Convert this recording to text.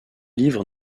livres